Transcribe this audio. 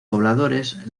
pobladores